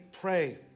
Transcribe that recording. pray